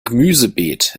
gemüsebeet